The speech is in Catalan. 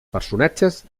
personatges